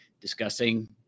discussing